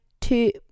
two